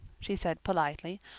she said politely.